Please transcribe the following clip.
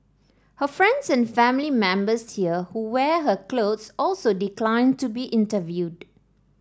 her friends and family members here who wear her clothes also declined to be interviewed